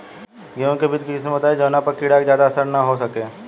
गेहूं के बीज के किस्म बताई जवना पर कीड़ा के ज्यादा असर न हो सके?